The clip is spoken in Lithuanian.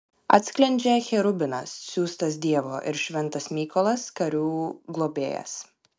atsklendžia cherubinas siųstas dievo ir šventas mykolas karių globėjas